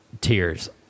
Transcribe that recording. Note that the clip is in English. tears